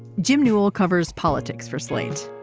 jim newell covers politics for slate.